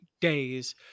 days